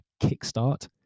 kickstart